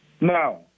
No